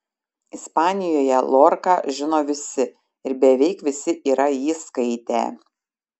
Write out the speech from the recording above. ispanijoje lorką žino visi ir beveik visi yra jį skaitę